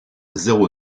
zéro